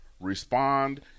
respond